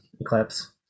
eclipse